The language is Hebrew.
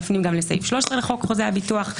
מפנים גם לסעיף 13 לחוק חוזה הביטוח,